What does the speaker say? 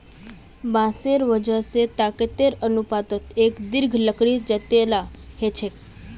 बांसेर वजन स ताकतेर अनुपातत एक दृढ़ लकड़ी जतेला ह छेक